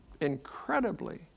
Incredibly